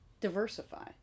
diversify